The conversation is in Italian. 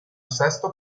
sesto